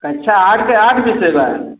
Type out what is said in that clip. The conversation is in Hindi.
अच्छा कक्षा आठ के आठ विषय का